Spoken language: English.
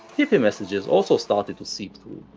hippie messages also started to seep through.